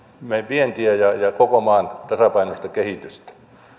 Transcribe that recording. meidän vientiä ja ja koko maan tasapainoista kehitystä